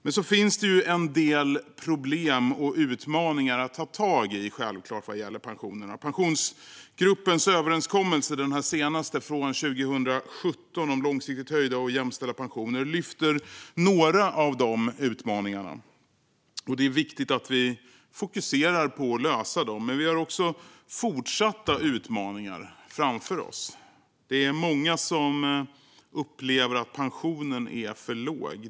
Men det finns självklart en del problem och utmaningar att ta tag i vad gäller pensionerna. Pensionsgruppens senaste överenskommelse från 2017 om långsiktigt höjda och jämställda pensioner lyfter fram några av dessa utmaningar. Det är viktigt att vi fokuserar på att lösa dem. Men vi har också fortsatta utmaningar framför oss. Det är många som upplever att pensionen är för låg.